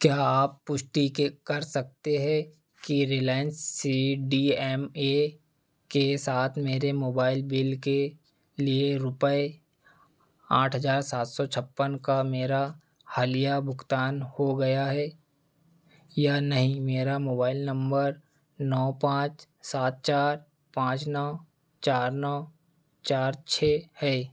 क्या आप पुष्टि के कर सकते हैं कि Reliance C D M A के साथ मेरे मोबाइल बिल के लिए रुपये आठ हज़ार सात सौ छप्पन का मेरा हालिया भुगतान हो गया है या नहीं मेरा मोबाइल नंबर नौ पाँच सात चार पाँच नौ चार नौ चार छः है